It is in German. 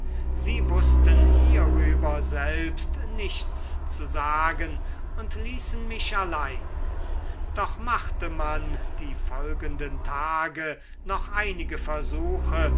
sie wußten hierüber selbst nichts zu sagen und ließen mich allein doch machte man die folgenden tage noch einige versuche